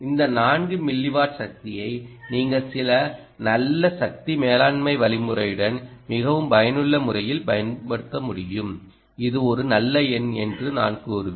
இந்த 4 மில்லிவாட் சக்தியை நீங்கள் சில நல்ல சக்தி மேலாண்மை வழிமுறையுடன் மிகவும் பயனுள்ள முறையில் பயன்படுத்த முடியும் இது ஒரு நல்ல எண் என்று நான் கூறுவேன்